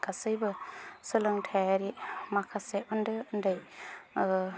गासैबो सोलोंथायारि माखासे उन्दै उन्दै